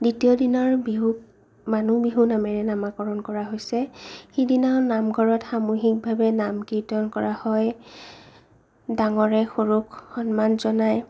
দ্বিতীয় দিনাৰ বিহুক মানুহ বিহু নামেৰে নামাকৰণ কৰা হৈছে সিদিনা নামঘৰত সামূহিকভাৱে নাম কীৰ্তন কৰা হয় ডাঙৰে সৰুক সন্মান জনাই